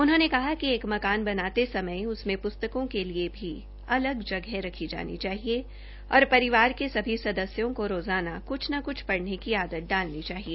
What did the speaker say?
उन्होने कहा कि एक मकान बनाते समय उससे प्स्तकों के लिए भी अलग जगह रखी जानी चाहिए और परिवार के सभी सदस्यों की रोज़ाना क्छ न क्छ पढ़ने की आदत डालनी चाहिए